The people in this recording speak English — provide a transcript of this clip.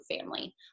family